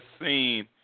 seen